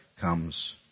comes